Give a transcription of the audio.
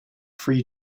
free